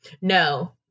No